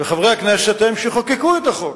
חברי הכנסת הם שחוקקו את החוק.